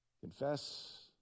Confess